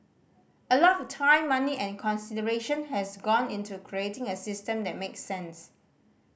a lot of time money and consideration has gone into creating a system that makes sense